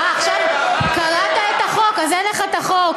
אה, קרעת את החוק, אז אין לך החוק.